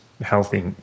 healthy